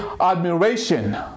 admiration